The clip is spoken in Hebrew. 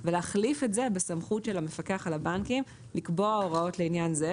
ולהחליף את זה "בסמכות של המפקח על הבנקים לקבוע הוראות לעניין זה",